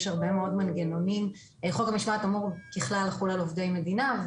יש הרבה מאוד מנגנונים חוק המשמעת אמור ככלל לחול על עובדי מדינה,